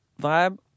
vibe